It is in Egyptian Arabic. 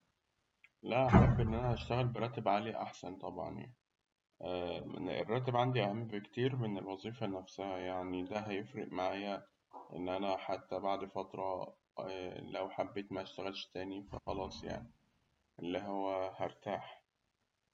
لا أحب إن أنا أشتغل براتب عالي أحسن طبعاً، الراتب عندي أهم بكتير من الوظيفة نفسها يعني، ده هيفرق معايا إن أنا حتى بعد فترة لو حبيت مشتغلش تاني اللي هو هأرتاح.